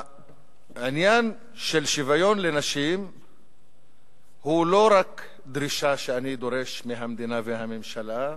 העניין של שוויון לנשים אינו רק דרישה שאני דורש מהמדינה והממשלה,